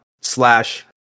slash